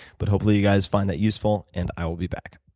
but hopefully you guys find that useful and i will be back.